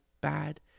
bad